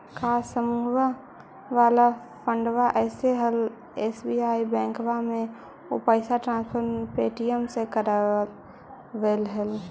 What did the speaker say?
का समुहवा वाला फंडवा ऐले हल एस.बी.आई बैंकवा मे ऊ पैसवा ट्रांसफर पे.टी.एम से करवैलीऐ हल?